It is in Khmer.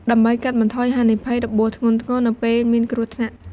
ដើម្បីកាត់បន្ថយហានិភ័យរបួសធ្ងន់ធ្ងរនៅពេលមានគ្រោះថ្នាក់។